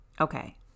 okay